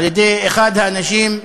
על-ידי אחד האנשים,